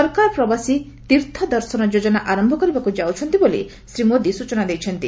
ସରକାର ପ୍ରବାସୀ ତୀର୍ଥ ଦର୍ଶନ ଯୋଜନା ଆରମ୍ଭ କରିବାକୁ ଯାଉଛନ୍ତି ବୋଲି ଶ୍ରୀ ମୋଦି ସୂଚନା ଦେଇଛନ୍ତି